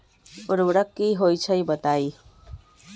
उर्वरक की होई छई बताई?